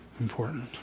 important